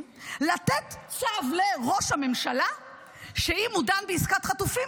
לתת צו לראש הממשלה שאם הוא דן בעסקת חטופים,